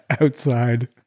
outside